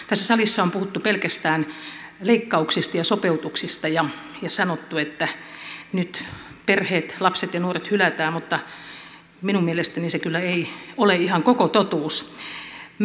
tässä salissa on puhuttu pelkästään leikkauksista ja sopeutuksista ja sanottu että nyt perheet lapset ja nuoret hylätään mutta minun mielestäni se kyllä ei ole ihan koko totuus